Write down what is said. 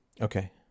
Okay